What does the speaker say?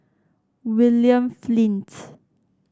William Flint